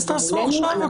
אז תעשו עכשיו.